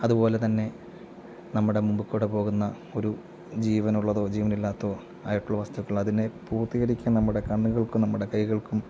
അതുപോലെ തന്നെ നമ്മുടെ മുമ്പിൽക്കൂടെ പോകുന്ന ഒരു ജീവനുള്ളതോ ജീവനില്ലാത്തതോ ആയിട്ടുള്ള വസ്തുക്കൾ അതിനെ പൂർത്തീകരിക്കാൻ നമ്മുടെ കണ്ണുകൾക്കും നമ്മുടെ കൈകൾക്കും